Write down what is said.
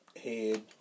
head